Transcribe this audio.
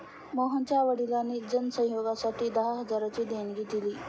मोहनच्या वडिलांनी जन सहयोगासाठी दहा हजारांची देणगी दिली